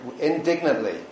indignantly